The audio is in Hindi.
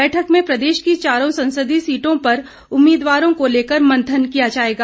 बैठक में प्रदेश की चारों संसदीय सीटों पर उम्मीदवारों को लेकर मंथन किया जाएगा